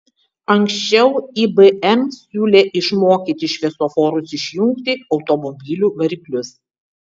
ankščiau ibm siūlė išmokyti šviesoforus išjungti automobilių variklius